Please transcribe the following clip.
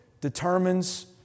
determines